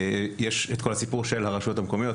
יש כל הסיפור של הרשויות המקומיות,